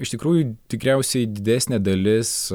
iš tikrųjų tikriausiai didesnė dalis